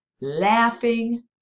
laughing